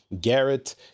Garrett